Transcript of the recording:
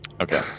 Okay